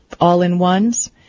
all-in-ones